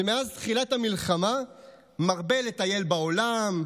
שמאז תחילת המלחמה מרבה לטייל בעולם,